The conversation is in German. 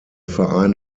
verein